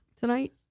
tonight